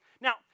Now